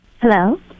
Hello